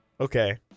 Okay